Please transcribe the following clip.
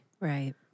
Right